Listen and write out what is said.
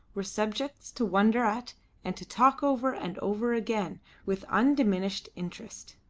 were subjects to wonder at and to talk over and over again with undiminished interest.